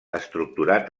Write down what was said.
estructurat